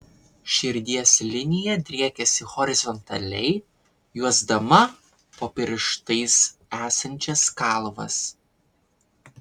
širdies linija driekiasi horizontaliai juosdama po pirštais esančias kalvas